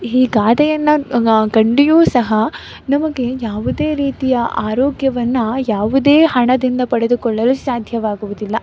ಈ ಗಾದೆಯನ್ನು ಕಂಡಿಯೂ ಸಹ ನಮಗೆ ಯಾವುದೇ ರೀತಿಯ ಆರೋಗ್ಯವನ್ನು ಯಾವುದೇ ಹಣದಿಂದ ಪಡೆದುಕೊಳ್ಳಲು ಸಾಧ್ಯವಾಗುವುದಿಲ್ಲ